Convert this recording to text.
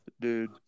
Dude